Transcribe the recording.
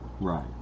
right